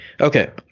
Okay